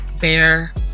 bear